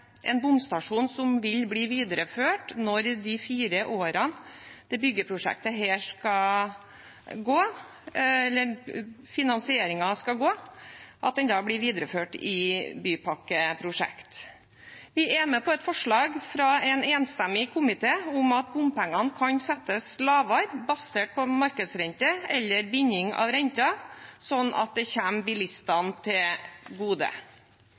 en bomstasjon som, etter de fire årene som finansieringen av dette byggeprosjektet skal pågå, vil bli videreført i bypakkeprosjektet. Vi er med på et forslag fra en enstemmig komité om at bompengene kan settes lavere, basert på markedsrente eller binding av renten, slik at det kommer bilistene til gode.